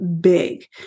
big